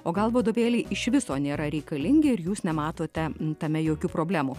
o gal vadovėliai iš viso nėra reikalingi ir jūs nematote tame jokių problemų